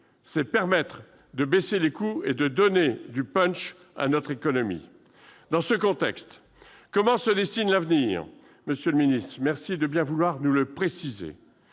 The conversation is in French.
c'est permettre de réduire les coûts et de donner du à notre économie. Dans ce contexte, comment se dessine l'avenir, monsieur le ministre ? Je vous remercie de bien vouloir nous le préciser.